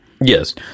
yes